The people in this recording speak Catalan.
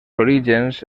orígens